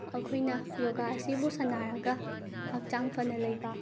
ꯑꯩꯈꯣꯏꯅ ꯌꯣꯒꯥ ꯑꯁꯤꯕꯨ ꯁꯥꯟꯅꯔꯒ ꯍꯛꯆꯥꯡ ꯐꯥꯅ ꯂꯩꯕ